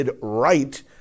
right